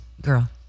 Girl